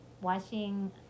watching